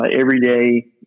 everyday